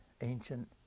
ancient